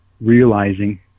realizing